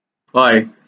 why